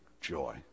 joy